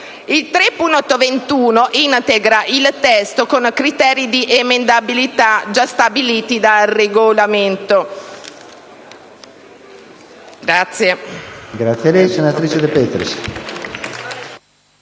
3.21 integra il testo con criteri di emendabilità già stabiliti dal Regolamento.